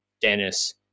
Dennis